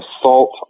assault